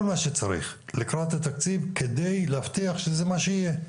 מה שצריך לקראת התקציב כדי להבטיח שזה מה שיהיה,